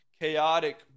chaotic